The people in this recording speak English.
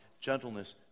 gentleness